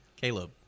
Caleb